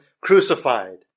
crucified